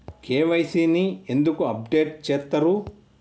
KYC ని ఎందుకు update చేత్తరు?